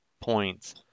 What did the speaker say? points